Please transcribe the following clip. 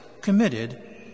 committed